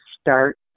start